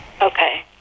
okay